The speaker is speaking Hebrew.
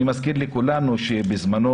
אני מזכיר לכולנו שבזמנו,